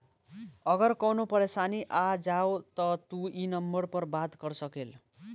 अगर कवनो परेशानी आ जाव त तू ई नम्बर पर बात कर सकेल